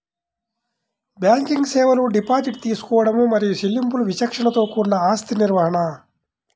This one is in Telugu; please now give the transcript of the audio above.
బ్యాంకింగ్ సేవలు డిపాజిట్ తీసుకోవడం మరియు చెల్లింపులు విచక్షణతో కూడిన ఆస్తి నిర్వహణ,